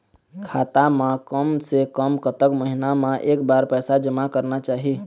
खाता मा कम से कम कतक महीना मा एक बार पैसा जमा करना चाही?